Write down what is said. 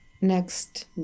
next